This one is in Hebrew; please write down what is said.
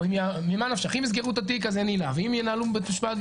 או --- אם יסגרו את התיק אז אין עילה ואם ינהלו בית המשפט,